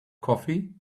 coffee